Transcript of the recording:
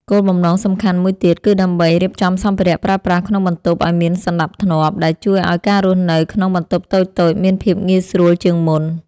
គោលបំណងសំខាន់មួយទៀតគឺដើម្បីរៀបចំសម្ភារៈប្រើប្រាស់ក្នុងបន្ទប់ឱ្យមានសណ្ដាប់ធ្នាប់ ដែលជួយឱ្យការរស់នៅក្នុងបន្ទប់តូចៗមានភាពងាយស្រួលជាងមុន។